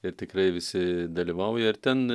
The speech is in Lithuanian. ir tikrai visi dalyvauja ir ten